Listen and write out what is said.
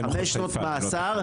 חמש שנות מאסר.